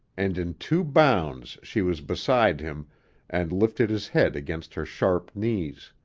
and in two bounds she was beside him and lifted his head against her sharp knees.